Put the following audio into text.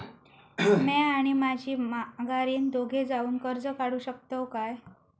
म्या आणि माझी माघारीन दोघे जावून कर्ज काढू शकताव काय?